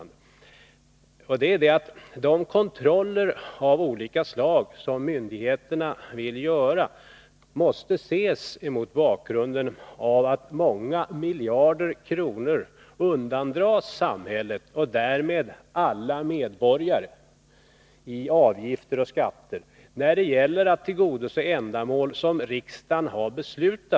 De kontroller av olika slag som myndigheterna vill göra måste ses mot bakgrunden av att många miljarder kronor i avgifter och skatter undandras samhället och därmed alla medborgare när det gäller att tillgodose ändamål som riksdagen har fattat beslut om.